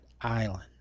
island